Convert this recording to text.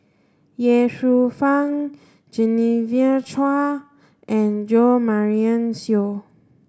Ye Shufang Genevieve Chua and Jo Marion Seow